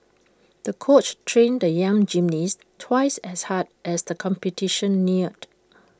the coach trained the young gymnast twice as hard as the competition neared